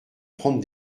prendre